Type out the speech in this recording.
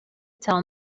tell